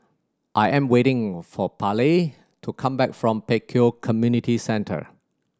I am waiting for Pallie to come back from Pek Kio Community Centre